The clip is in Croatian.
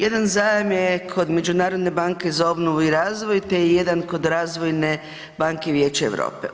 Jedan zajam je kod Međunarodne banke za obnovu i razvoj, te je jedan kod Razvojne banke Vijeća Europe.